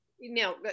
Now